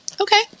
okay